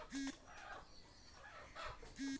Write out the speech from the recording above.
पूजा अपना खातार विवरण दखोह